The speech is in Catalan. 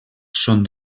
són